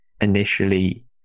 initially